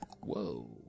Whoa